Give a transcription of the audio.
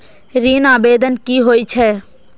ऋण आवेदन की होय छै?